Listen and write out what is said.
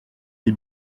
des